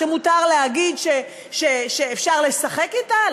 שמותר להגיד שאפשר לשחק אתה?